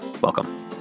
Welcome